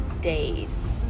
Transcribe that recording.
days